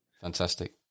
Fantastic